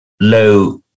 low